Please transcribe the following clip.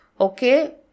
Okay